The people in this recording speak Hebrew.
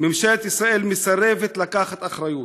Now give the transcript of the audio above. ממשלת ישראל מסרבת לקחת אחריות.